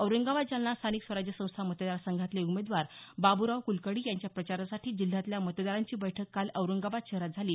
औरंगाबाद जालना स्थानिक स्वराज्य संस्था मतदारसंघातले उमेदवार बाबुराव कुलकर्णी यांच्या प्रचारासाठी जिल्ह्यातल्या मतदारांची बैठक काल औरंगाबाद शहरात झाली